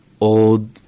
old